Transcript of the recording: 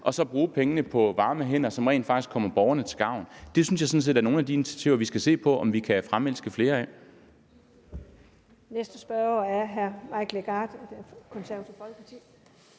og så bruge pengene på varme hænder, som rent faktisk kommer borgerne til gavn. Det synes jeg sådan set er nogle af de initiativer, vi skal se om vi kan fremelske flere af. Kl. 14:21 Den fg. formand (Karen J. Klint):